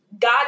God